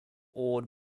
awed